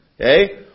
okay